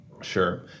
Sure